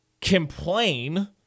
complain